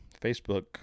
Facebook